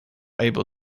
able